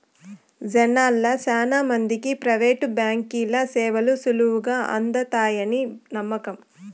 జనాల్ల శానా మందికి ప్రైవేటు బాంకీల సేవలు సులువుగా అందతాయని నమ్మకం